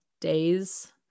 days